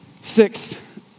Sixth